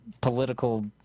political